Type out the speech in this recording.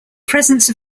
presence